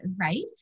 right